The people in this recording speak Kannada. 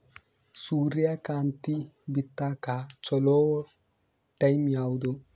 ಸೂರ್ಯಕಾಂತಿ ಬಿತ್ತಕ ಚೋಲೊ ಟೈಂ ಯಾವುದು?